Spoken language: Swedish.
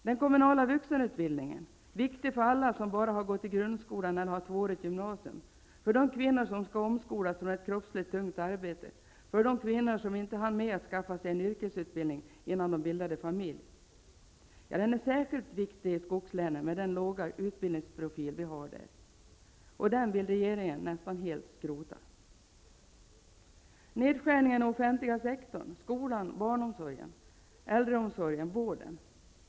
Den kommunala vuxenutbildningen -- viktig för alla som bara har gått i grundskolan eller har tvåårigt gymnasium, viktig för de kvinnor som skall omskolas från ett kroppsligt tungt arbete, viktig för de kvinnor som inte hann med att skaffa sig en yrkesutbildning innan de bildade familj, särskilt viktig i skogslänen med den låga utbildningsprofil som vi där har -- vill regeringen nästan helt skrota. Jag tänker också på nedskärningarna i offentliga sektorn -- skolan, barnomsorgen, äldreomsorgen, vården.